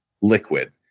liquid